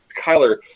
Kyler